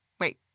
Wait